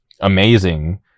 amazing